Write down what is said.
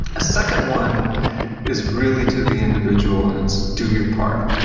a second one is really to the individual, and it's do your part.